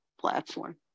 platform